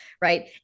right